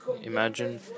imagine